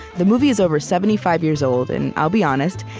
the movie is over seventy five years old, and i'll be honest,